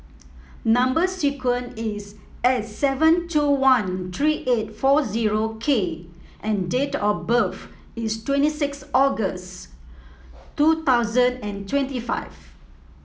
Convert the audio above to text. number sequence is S seven two one three eight four zero K and date of birth is twenty six August two thousand and twenty five